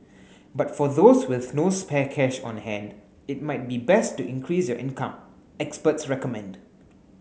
but for those with no spare cash on hand it might be best to increase your income experts recommend